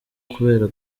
kubera